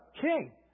King